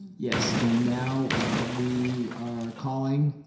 yes and now we are calling?